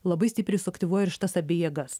labai stipriai suaktyvuoja ir šitas abi jėgas